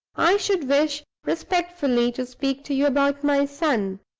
i should wish respectfully to speak to you about my son.